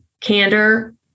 candor